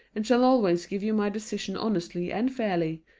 and shall always give you my decision honestly and fairly,